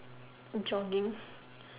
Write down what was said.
jogging